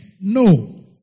No